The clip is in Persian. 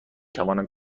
توانم